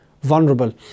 vulnerable